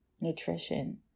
nutrition